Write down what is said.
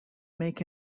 make